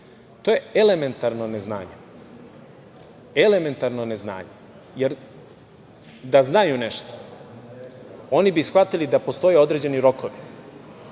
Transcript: je elementarno neznanje, elementarno neznanje, jer da znaju nešto oni bi shvatili da postoje određeni rokovi